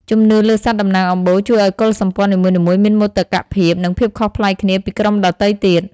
ជំនឿលើសត្វតំណាងអំបូរជួយឱ្យកុលសម្ព័ន្ធនីមួយៗមានមោទកភាព និងភាពខុសប្លែកគ្នាពីក្រុមដទៃទៀត។